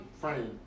frame